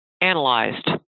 analyzed